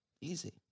Easy